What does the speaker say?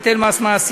היטל מס מעסיקים,